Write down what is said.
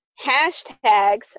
hashtags